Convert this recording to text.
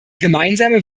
gemeinsame